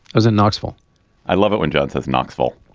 was in knoxville i love it when john says knoxville.